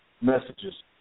messages